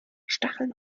stacheln